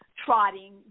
trotting